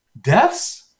deaths